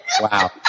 wow